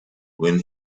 when